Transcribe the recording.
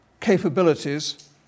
capabilities